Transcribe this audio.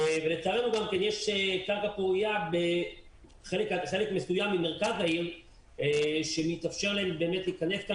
לצערנו יש קרקע פורייה בחלק מסוים ממרכז העיר שמתאפשר להם להיכנס כי